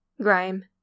Grime